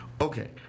okay